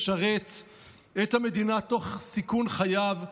יוצא ומשרת ואת המדינה תוך סיכון חייו,